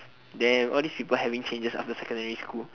damn all these people having changes after secondary school